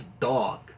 dog